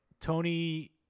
Tony